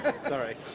sorry